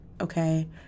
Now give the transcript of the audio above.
okay